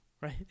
right